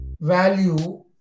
value